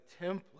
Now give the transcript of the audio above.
template